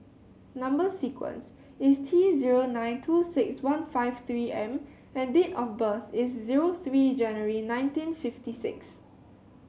number sequence is T zero nine two six one five three M and date of birth is zero three January nineteen fifty six